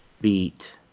beat